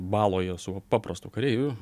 baloje su paprastu kareiviu